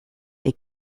they